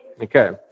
Okay